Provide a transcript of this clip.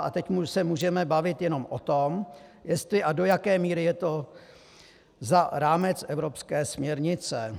A teď se můžeme bavit jenom o tom, jestli a do jaké míry je to za rámec evropské směrnice.